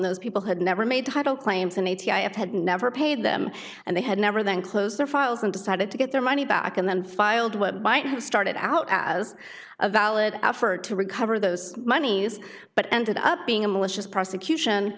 those people had never made title claims and eighty i have had never paid them and they had never then closed their files and decided to get their money back and then filed what started out as a valid effort to recover those monies but ended up being a malicious prosecution